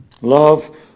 Love